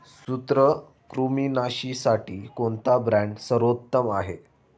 सूत्रकृमिनाशीसाठी कोणता ब्रँड सर्वोत्तम आहे?